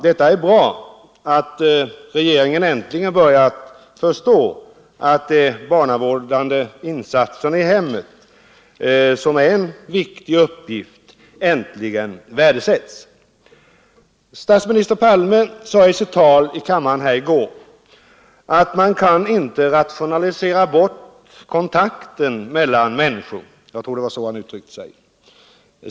Det är bra att regeringen äntligen börjar värdesätta de barnavårdande insatserna i hemmet, som är en viktig uppgift. Statsminister Palme sade i sitt tal i kammaren i går att man inte kan rationalisera bort kontakten mellan människor; jag tror det var så han uttryckte sig.